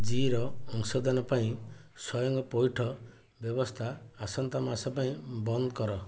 zero ଅଂଶଦାନ ପାଇଁ ସ୍ଵୟଂ ପଇଠ ବ୍ୟବସ୍ଥା ଆସନ୍ତା ମାସ ପାଇଁ ବନ୍ଦ କର